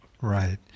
Right